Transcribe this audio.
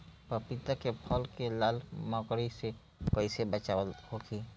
पपीता के फल के लाल मकड़ी से कइसे बचाव होखि?